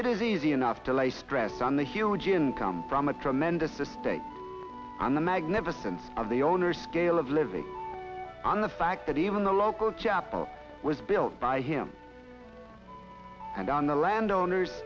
it is easy enough to lay stress on the huge income from a tremendous estate on the magnificence of the owner scale of living on the fact that even the local chapel was built by him and on the land owners